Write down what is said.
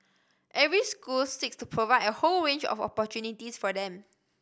every school seeks to provide a whole range of opportunities for them